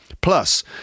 Plus